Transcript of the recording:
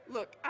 Look